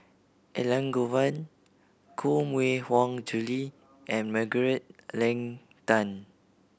Elangovan Koh Mui Hiang Julie and Margaret Leng Tan